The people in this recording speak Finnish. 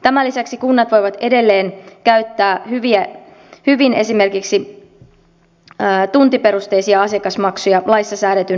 tämän lisäksi kunnat voivat edelleen käyttää hyvin esimerkiksi tuntiperusteisia asiakasmaksuja laissa säädetyn enimmäismaksun rajoissa